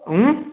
ऊँ